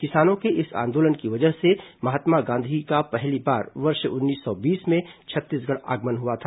किसानों के इस आंदोलन की वजह से ही महात्मा गांधी का पहली बार वर्ष उन्नीस सौ बीस में छत्तीसगढ़ आगमन हुआ था